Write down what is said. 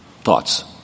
Thoughts